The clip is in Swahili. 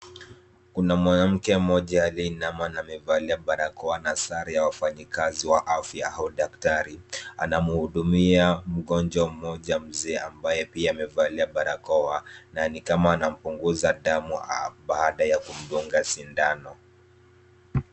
Kuna mwanamke mmoja aliyeinama na amevalia barakoa na sare ya wafanyikazi wa afya au daktari. Anamhudumia mgonjwa mmoja mzee ambaye pia amevalia barakoa na ni kama anampunguza damu baada ya kumdunga sindano.